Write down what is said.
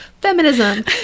feminism